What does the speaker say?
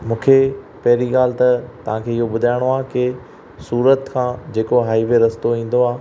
मूंखे पहिरीं ॻाल्हि त तव्हांखे इहो बुधाइणो आहे कि सूरत खां जेको हाइवे रस्तो ईंदो आहे